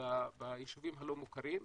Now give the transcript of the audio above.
ביישובים הלא מוכרים,